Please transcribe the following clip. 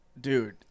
Dude